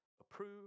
approve